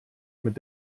mit